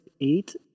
eight